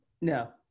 No